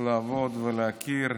לעבוד ולהכיר,